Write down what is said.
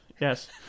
yes